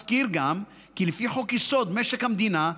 אזכיר גם כי לפי חוק-יסוד: משק המדינה,